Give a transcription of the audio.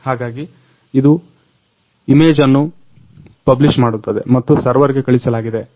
ಹಾಗಾಗಿ ಇದು ಇಮೇಜ ಅನ್ನು ಪಬ್ಲಿಷ್ ಮಾಡುತ್ತದೆ ಮತ್ತು ಸರ್ವೇರ್ ಗೆ ಕಳಿಸಲಾಗಿದೆ